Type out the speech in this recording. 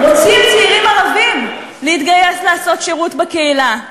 רוצים צעירים ערבים להתגייס לעשות שירות בקהילה,